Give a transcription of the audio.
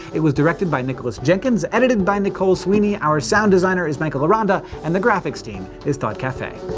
it was directed by nicholas jenkins, edited by nicole sweeney, our sound designer is michael aranda, and the graphics team is thought cafe.